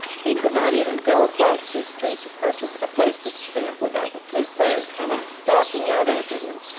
he could not even go across the street to purchase a postage-stamp without the flute-player coming stalking out after him,